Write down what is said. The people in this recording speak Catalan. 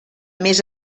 més